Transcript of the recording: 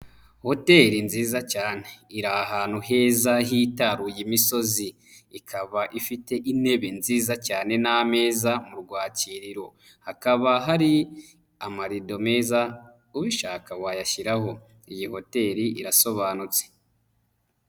Hoteli nziza cyane iri ahantu heza hitaruye imisozi, ikaba ifite intebe nziza cyane n'ameza mu rwakiriro hakaba hari amarido meza ubishaka wayashyiraho, iyi hoteli irasobanutse.